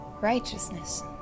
righteousness